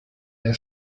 der